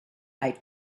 eye